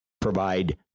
provide